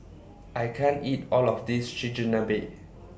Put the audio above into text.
I can't eat All of This Chigenabe